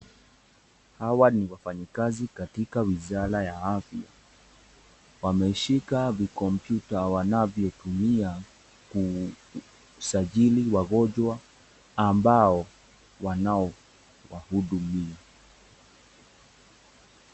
Hawa ni waanyakazi katika wizara ya afya wameshika vikompyuta wanavyotumia kusajili wagonjwa ambao wanao wahudumia.